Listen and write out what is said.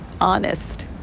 honest